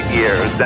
years